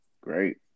great